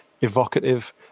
evocative